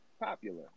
popular